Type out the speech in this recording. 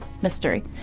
mystery